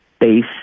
base